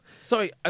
Sorry